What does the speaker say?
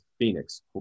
Phoenix